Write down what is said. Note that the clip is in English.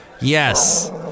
Yes